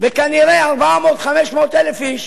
וכנראה 400,000 500,000 איש